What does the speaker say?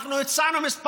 אנחנו הצענו כמה פעמים.